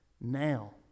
now